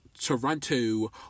Toronto